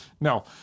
No